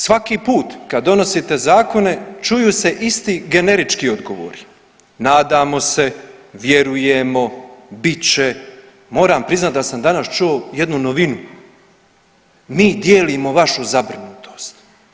Svaki put kad donosite zakone čuju se isti generički odgovori, nadamo se, vjerujemo, bit će, moram priznat da sam danas čuo jednu novinu, mi dijelimo vašu zabrinutost.